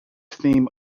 theme